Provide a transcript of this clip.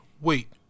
Wait